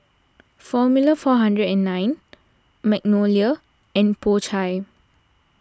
formula four hundred and nine Magnolia and Po Chai